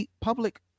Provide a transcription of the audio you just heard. public